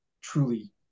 truly